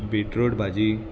beetroot भाजी